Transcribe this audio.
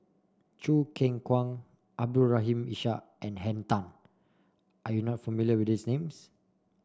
Choo Keng Kwang Abdul Rahim Ishak and Henn Tan are you not familiar with these names